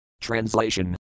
Translation